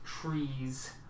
trees